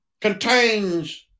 contains